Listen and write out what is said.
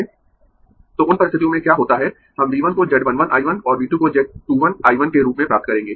तो उन परिस्थितियों में क्या होता है हम V 1 को Z 1 1 I 1 और V 2 को Z 2 1 I 1 के रूप में प्राप्त करेंगें